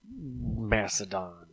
Macedon